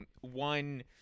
one